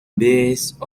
based